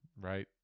right